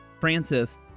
Francis